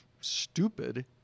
stupid